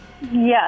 Yes